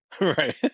Right